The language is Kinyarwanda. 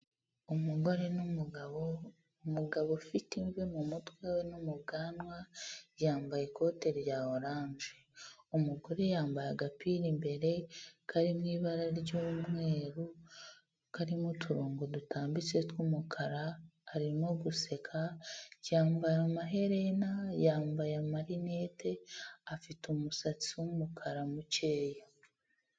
Umugore n'umugabo, umugabo ufite imvi mu mutwe we no mu bwanwa, yambaye ikote rya oranje, umugore yambaye agapira imbere kari mu ibara ry'umweru karimo uturongo dutambitse tw'umukara, arimo guseka yambara amaherena yambaye amarinete afite umusatsi w'umukara mukeya.